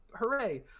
hooray